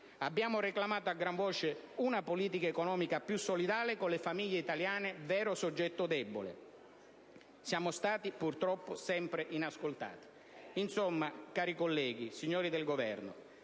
Abbiamo reclamato a gran voce una politica economica più solidale con le famiglie italiane, vero soggetto debole. Siamo stati, purtroppo, sempre inascoltati. Insomma, cari colleghi, signori del Governo,